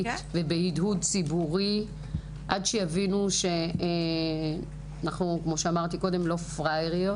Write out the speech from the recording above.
ובהדהוד ציבורי עד שיבינו שאנחנו לא פראייריות.